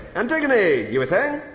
antigone, you were saying?